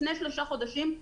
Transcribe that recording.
לפני שלושה חודשים,